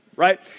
Right